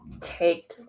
take